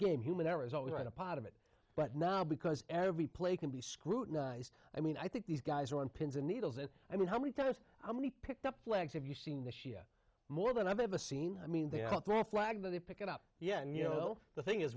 game human error is always a part of it but now because every play can be scrutinized i mean i think these guys are on pins and needles and i mean how many times how many picked up flags have you seen this yet more than i've ever seen i mean they're not that flag to pick it up yeah you know the thing is